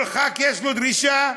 כל חבר כנסת יש לו דרישה,